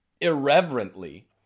irreverently